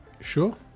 sure